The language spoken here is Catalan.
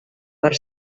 per